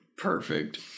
perfect